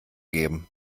geben